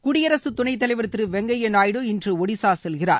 குடியரசுத் துணைத் தலைவர் திரு வெங்கையா நாயுடு இன்று ஒடிசா செல்கிறார்